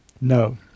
No